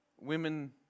women